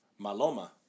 Maloma